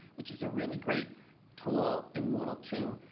which is a really great tool in moodle two.